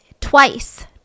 twice